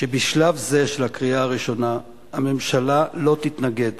שבשלב זה של הקריאה הראשונה הממשלה לא תתנגד